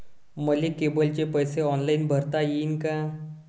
मले केबलचे पैसे ऑनलाईन भरता येईन का?